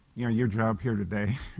yeah your job here today,